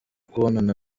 kubonana